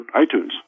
iTunes